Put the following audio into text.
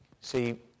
See